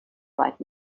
right